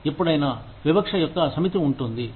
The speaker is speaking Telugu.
ఎప్పుడైనా వివక్ష యొక్క సమితి ఉంటుంది